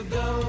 go